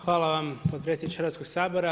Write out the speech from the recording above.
Hvala vam potpredsjedniče Hrvatskog sabora.